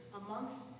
amongst